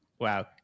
Wow